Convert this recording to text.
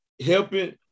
helping